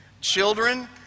children